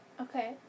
Okay